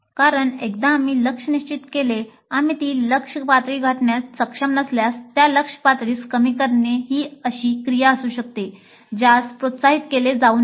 कारण एकदा आम्ही लक्ष्य निश्चित केले आम्ही ती लक्ष्य पातळी गाठण्यात सक्षम नसल्यास त्या लक्ष्य पातळीस कमी करणे ही अशी क्रिया असू शकते ज्यास प्रोत्साहित केले जाऊ नये